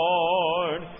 Lord